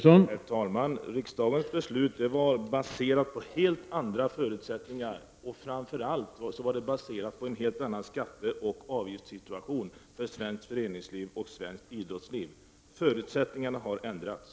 Herr talman! Riksdagens beslut var baserat på helt andra förutsättningar, och framför allt på en helt annan skatteoch avgiftssituation, för svenskt föreningsliv och svenskt idrottsliv än de nuvarande. Förutsättningarna har ändrats.